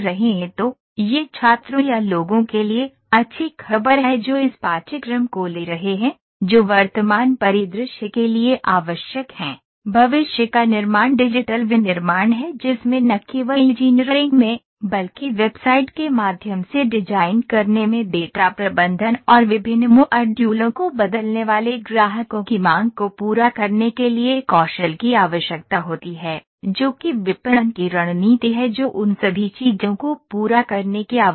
तो यह छात्रों या लोगों के लिए अच्छी खबर है जो इस पाठ्यक्रम को ले रहे हैं जो वर्तमान परिदृश्य के लिए आवश्यक हैं भविष्य का निर्माण डिजिटल विनिर्माण है जिसमें न केवल इंजीनियरिंग में बल्कि वेबसाइट के माध्यम से डिजाइन करने में डेटा प्रबंधन और विभिन्न मॉड्यूलों को बदलने वाले ग्राहकों की मांग को पूरा करने के लिए कौशल की आवश्यकता होती है जो कि विपणन की रणनीति है जो उन सभी चीजों को पूरा करने की आवश्यकता है